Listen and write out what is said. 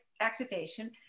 activation